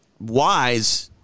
wise